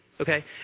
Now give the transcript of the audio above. Okay